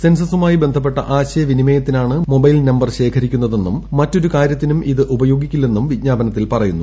സെൻസസുമായി ബന്ധപ്പെട്ട ആശയവിനിമയത്തിനാണ് mobile number ശേഖരിക്കുന്നതെന്നും മറ്റൊരു കാര്യത്തിനും ഇത് ഉപയോഗിക്കില്ലെന്നും വിജ്ഞാപനത്തിൽ പറയുന്നു